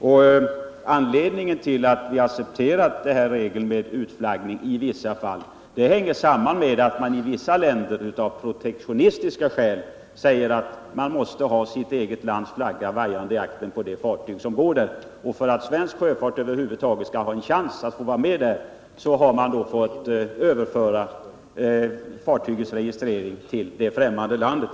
Det förhållandet att vi har accepterat regeln om utflaggning i vissa fall hänger samman med att man i vissa länder av protektionistiska skäl måste ha sitt eget lands flagga vajande i aktern på de fartyg som går där. För att svensk sjöfart över huvud taget skall ha en chans att vara med har man fått registrera fartyget i det främmande landet.